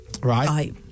Right